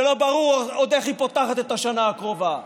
שלא ברור עוד איך היא פותחת את השנה הקרובה.